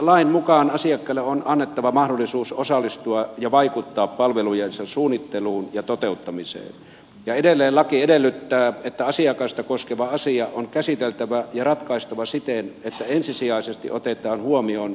lain mukaan asiakkaalle on annettava mahdollisuus osallistua ja vaikuttaa palvelujensa suunnitteluun ja toteuttamiseen ja edelleen laki edellyttää että asiakasta koskeva asia on käsiteltävä ja ratkaistava siten että ensisijaisesti otetaan huomioon asiakkaan etu